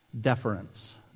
deference